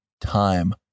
time